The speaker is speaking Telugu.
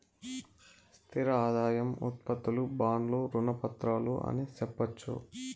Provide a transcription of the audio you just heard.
స్థిర ఆదాయం ఉత్పత్తులు బాండ్లు రుణ పత్రాలు అని సెప్పొచ్చు